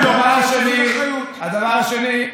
הדבר השני,